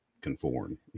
conform